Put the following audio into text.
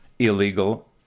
Illegal